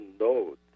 node